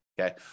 okay